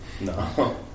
No